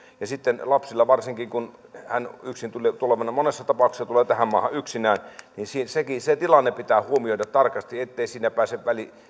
ja sitten lapsella varsinkin kun hän monessa tapauksessa tulee tähän maahan yksinään se tilanne pitää huomioida tarkasti ettei siinä pääse